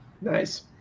Nice